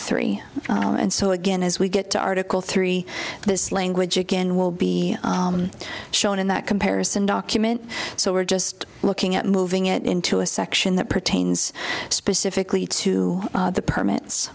three and so again as we get to article three this language again will be shown in that comparison document so we're just looking at moving it into a section that pertains specifically to the permits